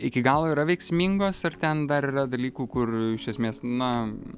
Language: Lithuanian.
iki galo yra veiksmingos ar ten dar yra dalykų kur iš esmės na